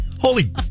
holy